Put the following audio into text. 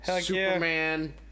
Superman